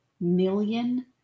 million